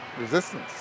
resistance